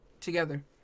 together